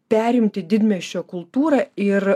perimti didmiesčio kultūrą ir